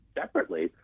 separately